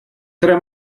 tre